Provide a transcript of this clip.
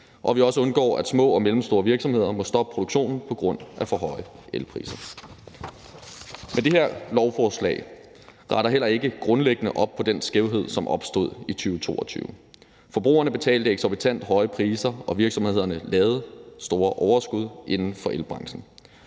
at vi også undgår, at små og mellemstore virksomheder må stoppe produktionen på grund af forhøjede elpriser. Men det her lovforslag retter heller ikke grundlæggende op på den skævhed, som opstod i 2022. Forbrugerne betalte eksorbitant høje priser, og virksomhederne lavede store overskud inden for elbranchen.